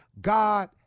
God